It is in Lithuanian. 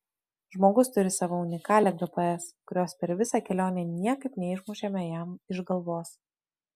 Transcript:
žmogus turi savo unikalią gps kurios per visą kelionę niekaip neišmušėme jam iš galvos